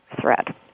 threat